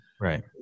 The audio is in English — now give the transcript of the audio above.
Right